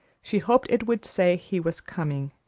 she hoped it would say he was coming,